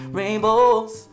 rainbows